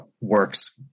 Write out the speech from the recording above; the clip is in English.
works